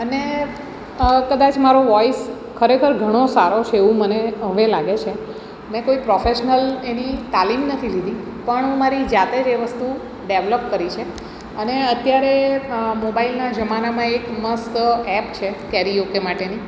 અને કદાચ મારો વોઇસ ખરેખર ઘણો સારો છે એવું મને હવે લાગે છે મેં કોઈ પ્રોફેશનલ એની તાલીમ નથી લીધી પણ હું મારી જાતે જ એ વસ્તુ ડેવલપ કરી છે અને અત્યારે મોબાઇલના જમાનામાં એક મસ્ત એપ છે કેરીઓકે માટેની